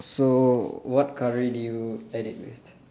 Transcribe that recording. so what curry did you ate it with